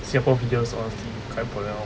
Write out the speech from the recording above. singapore videos quality quite bo liao